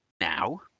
now